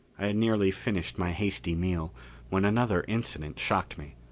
i had nearly finished my hasty meal when another incident shocked me.